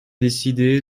décidé